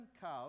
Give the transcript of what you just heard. cows